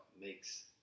makes